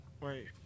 Wait